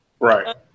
Right